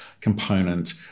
component